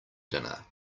dinner